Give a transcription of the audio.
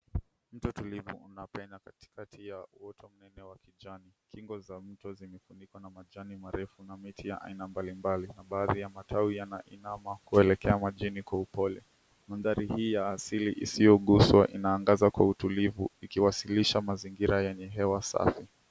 Mto tulivu unapenye katikati ya uoto mnene wa kijani , kingo za mto zimefunikwa na majani marefu na miti ya haina mbali mbali na baadhi matawi yameinama kuelekea majini kwa upole. Mandhari hii ya asili isioguzwa inaangaza kwa utulivu ikiwakilisha mazingira yenye hewa safi.